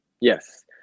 Yes